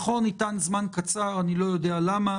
נכון, ניתן זמן קצר, אינני יודע למה.